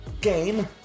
game